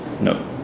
No